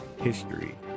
History